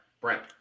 Brent